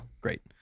Great